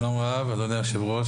שלום רב אדוני היושב-ראש,